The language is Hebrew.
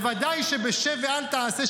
בוודאי בשב ואל תעשה,